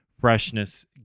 freshness